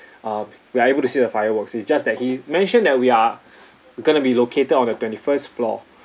uh we're able to see the fireworks it's just that he mentioned that we are we going to be located on the twenty-first floor